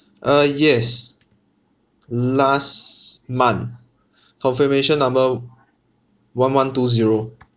uh yes last month confirmation number one one two zero